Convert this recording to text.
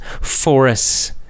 forests